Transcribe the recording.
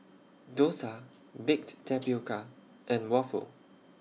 Dosa Baked Tapioca and Waffle